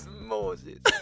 Moses